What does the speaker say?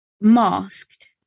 masked